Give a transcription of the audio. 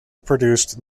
produced